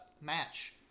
match